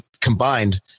combined